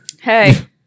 hey